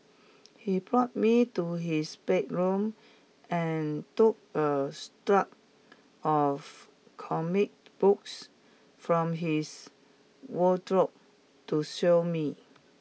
he brought me to his bedroom and took a stack of comic books from his wardrobe to show me